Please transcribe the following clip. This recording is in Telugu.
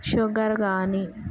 షుగర్ కాని